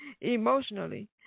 emotionally